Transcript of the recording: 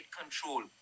control